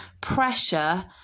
pressure